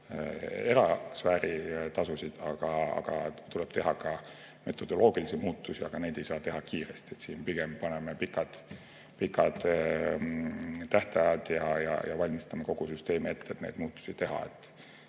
erasfääri tasusid, aga tuleb teha ka metodoloogilisi muutusi, kuid neid ei saa teha kiiresti. Siin pigem paneme pikad tähtajad ja valmistame kogu süsteemi ette, et neid muudatusi teha.